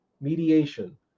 mediation